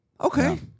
Okay